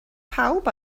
pawb